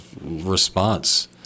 response